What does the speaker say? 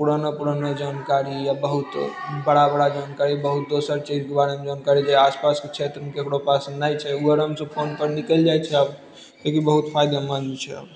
पुराना पुराना जानकारी आ बहुत बड़ा बड़ा जानकारी आ बहुत दोसर चीजके बारेमे जानकारी जे आस पासके क्षेत्रमे ककरो पास नहि छै ओ आरामसँ फोनपर निकलि जाइ छै आब जे कि बहुत फायदेमन्द छै